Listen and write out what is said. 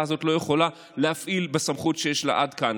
הזאת לא יכולה להפעיל בסמכות שיש לה עד כאן.